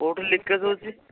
କେଉଁଠୁ ଲିକେଜ୍ ହଉଛି